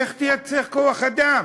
איך תייצר כוח-אדם?